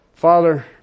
Father